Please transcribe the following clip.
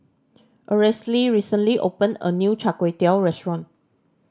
Aracely recently opened a new Char Kway Teow restaurant